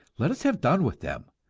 let us have done with them,